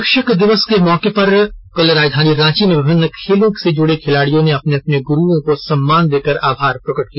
शिक्षक दिवस के मौके पर ंकल राजधानी रांची में विभिन्न खेलों से जुड़े खिलाड़ियों ने अपने अपने गुरूओं को सम्मान देकर आभार प्रकट किया